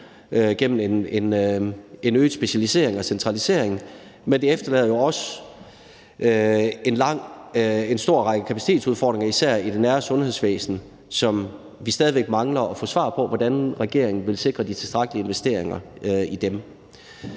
gennem en øget specialisering og centralisering, men det efterlader jo også en lang række kapacitetsudfordringer, især i det nære sundhedsvæsen, som vi stadig væk mangler at få svar på hvordan regeringen vil sikre de tilstrækkelige investeringer i.